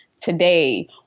today